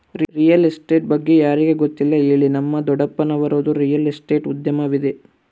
real estate ಬಗ್ಗೆ ಯಾರಿಗೆ ಗೊತ್ತಿಲ್ಲ ಹೇಳಿ, ನಮ್ಮ ದೊಡ್ಡಪ್ಪನವರದ್ದು ರಿಯಲ್ ಎಸ್ಟೇಟ್ ಉದ್ಯಮವಿದೆ